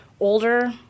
older